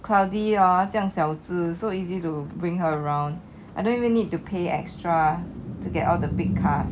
cloudy hor 这样小只 so easy to bring her around I don't even need to pay extra to get all the big cars